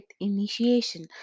initiation